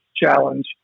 Challenge